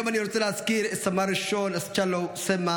היום אני רוצה להזכיר את הסמל הראשון אסצ'אלו סמה,